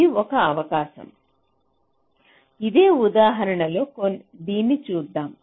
ఇది ఒక అవకాశం ఇదే ఉదాహరణలో దీన్ని చేద్దాం